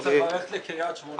הוא לא צריך ללכת לקריית שמונה.